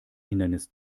hindernis